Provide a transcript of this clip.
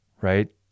Right